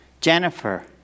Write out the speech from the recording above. Jennifer